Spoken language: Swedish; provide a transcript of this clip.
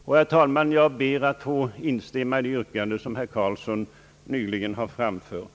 Jag kommer, herr talman, att instämma i det yrkande som herr Carlsson nyss har angivit.